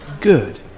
Good